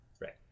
Right